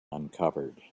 uncovered